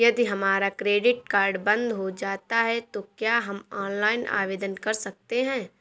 यदि हमारा credit card बंद हो जाता है तो क्या हम ऑनलाइन आवेदन कर सकते हैं?